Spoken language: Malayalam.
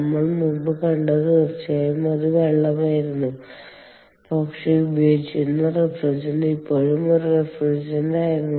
നമ്മൾ മുമ്പ് കണ്ടത് തീർച്ചയായും അത് വെള്ളമായിരുന്നു പക്ഷേ ഉപയോഗിച്ചിരുന്ന റഫ്രിജറന്റ് ഇപ്പോഴും ഒരു റഫ്രിജറന്റ് ആയിരുന്നു